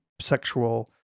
sexual